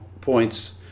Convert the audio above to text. points